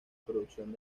producción